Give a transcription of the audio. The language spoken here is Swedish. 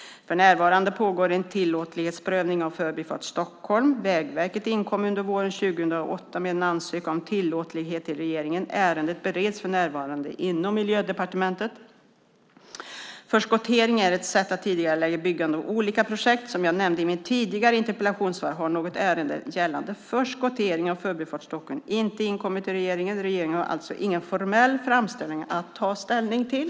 För närvarande pågår en tillåtlighetsprövning av Förbifart Stockholm. Vägverket inkom under våren 2008 med en ansökan om tillåtlighet till regeringen. Ärendet bereds för närvarande inom Miljödepartementet. Förskottering är ett sätt att tidigarelägga byggandet av olika projekt. Som jag nämnde i mitt tidigare interpellationssvar har något ärende gällande förskottering av Förbifart Stockholm inte inkommit till regeringen. Regeringen har alltså ingen formell framställan att ta ställning till.